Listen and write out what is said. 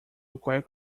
require